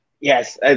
Yes